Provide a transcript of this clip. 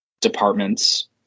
departments